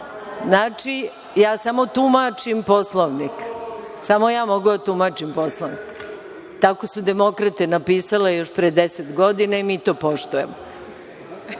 Nataša. Znači, ja samo tumačim Poslovnik, samo ja mogu da tumačim Poslovnik. Tako su demokrate napisale još pre 10 godina i mi to poštujemo.